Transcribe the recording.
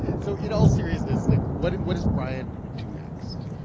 so in all seriousness, like, what what does brian do next?